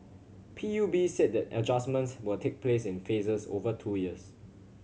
P U B said the adjustments will take place in phases over two years